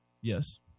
Yes